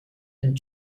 and